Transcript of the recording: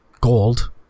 gold